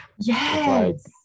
yes